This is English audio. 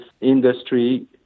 industry